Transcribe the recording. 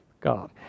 God